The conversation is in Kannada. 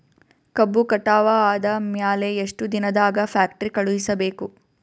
ಕಬ್ಬು ಕಟಾವ ಆದ ಮ್ಯಾಲೆ ಎಷ್ಟು ದಿನದಾಗ ಫ್ಯಾಕ್ಟರಿ ಕಳುಹಿಸಬೇಕು?